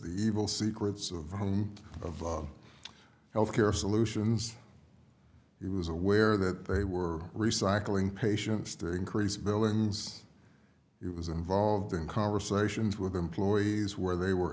the evil secrets of the home of health care solutions he was aware that they were recycling patients to increase billings he was involved in conversations with employees where they were